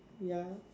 ya